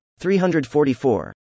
344